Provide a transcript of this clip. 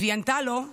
והיא ענתה לו: